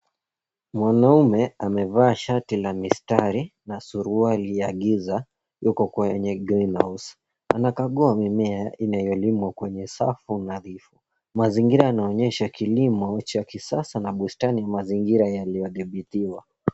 Mwanaume amevaa shati la mistari na suruali ya giza, yuko kwenye greenhouse . Anakagua mimea inayolimwa kyenye safu nadhifu. Mazingira yanaonyesha kilimo cha kisasa na bustani mazingira yaliyodhibitiwa.